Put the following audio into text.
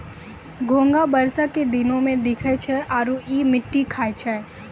घोंघा बरसा के दिनोॅ में दिखै छै आरो इ मिट्टी खाय छै